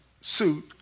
suit